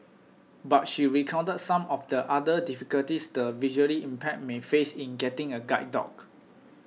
but she recounted some of the other difficulties the visually impaired may face in getting a guide dog